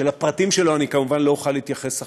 שלפרטים שלו אני כמובן לא אוכל להתייחס עכשיו,